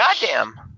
goddamn